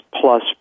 plus